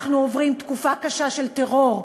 אנחנו עוברים תקופה קשה של טרור,